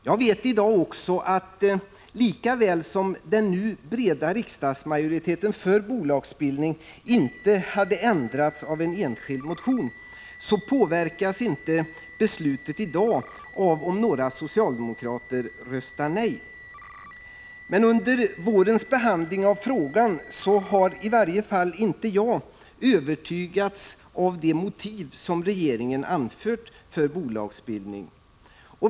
Jag vet, att lika väl som den nu breda riksdagsmajoriteten för bolagsbildning inte hade ändrats av en enskild motion, så påverkas inte beslutet i dag av om några socialdemokrater röstar nej. Men under vårens behandling av frågan har i varje fall inte jag övertygats av de motiv som regeringen har anfört för bolagsbildning.